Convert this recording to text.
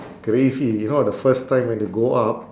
crazy you know the first time when you go up